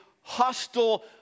hostile